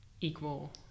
equal